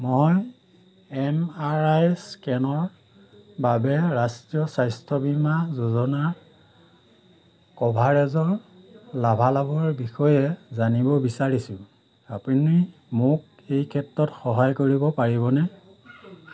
মই M R I স্কেনৰ বাবে ৰাষ্ট্ৰীয় স্বাস্থ্য বীমা যোজনাৰ কভাৰেজৰ লাভালাভৰ বিষয়ে জানিব বিচাৰিছোঁ আপুনি মোক এই ক্ষেত্ৰত সহায় কৰিব পাৰিবনে